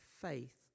faith